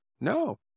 No